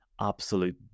absolute